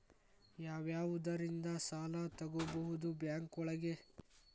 ಯಾವ್ಯಾವುದರಿಂದ ಸಾಲ ತಗೋಬಹುದು ಬ್ಯಾಂಕ್ ಒಳಗಡೆ?